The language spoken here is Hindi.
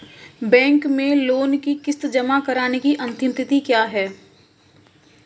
बैंक में लोंन की किश्त जमा कराने की अंतिम तिथि क्या है?